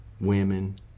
women